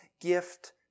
gift